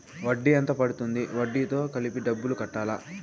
వడ్డీ ఎంత పడ్తుంది? వడ్డీ తో కలిపి డబ్బులు కట్టాలా?